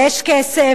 יש כסף,